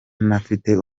ntafite